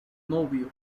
novio